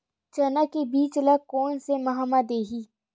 चना के बीज ल कोन से माह म दीही?